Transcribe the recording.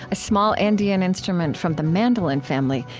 a small andean instrument from the mandolin family,